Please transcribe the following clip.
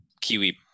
Kiwi